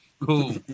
Cool